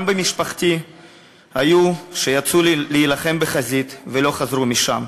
גם במשפחתי היו שיצאו להילחם בחזית ולא חזרו משם.